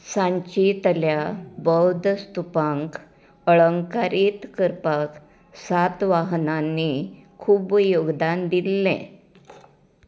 सांचींतल्या बौद्ध स्तुपांक अलंकारीत करपाक सातवाहनांनी खूब योगदान दिल्लें